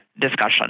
discussion